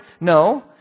No